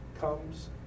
comes